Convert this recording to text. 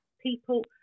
people